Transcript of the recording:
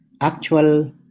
actual